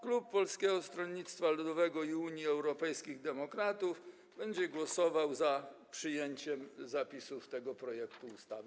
Klub Polskiego Stronnictwa Ludowego - Unii Europejskich Demokratów będzie głosował za przyjęciem zapisów tego projektu ustawy.